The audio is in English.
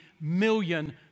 million